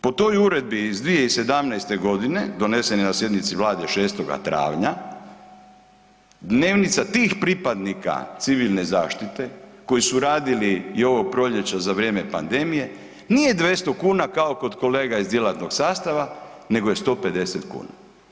Po toj uredbi iz 2017. g. donesen na sjednici Vlade 6. travnja, dnevnica tih pripadnika civilne zaštite, koji su radili i ovo proljeće za vrijeme pandemije, nije 200 kuna, kao kolega iz djelatnog sastava, nego je 150 kuna.